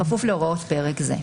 בכפוף להוראות פרק זה.